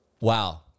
Wow